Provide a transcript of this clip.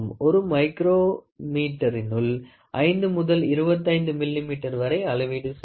மைக்ரோமீட்டரினுள் 5 முதல் 25 மில்லிமீட்டர் வரை அளவீடு செய்யலாம்